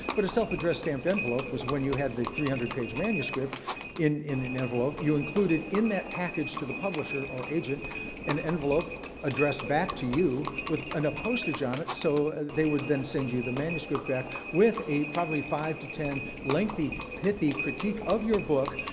but a self-addressed stamped envelope was when you had the three hundred page manuscript in in an envelope. you included in that package to the publisher or agent an envelope addressed back to you with enough postage on it so they would then send you the manuscript back with a probably five to ten lengthy, pithy critique of your book,